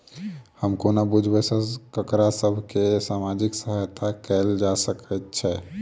हम कोना बुझबै सँ ककरा सभ केँ सामाजिक सहायता कैल जा सकैत छै?